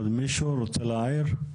עוד מישהו רוצה להעיר?